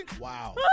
Wow